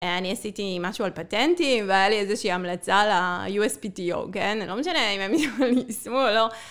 אני עשיתי משהו על פטנטים והיה לי איזושהי המלצה ל-USPTO, כן? לא משנה אם הם יסמו או לא.